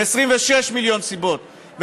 ו-26 מיליון סיבות,